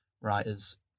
writers